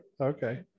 Okay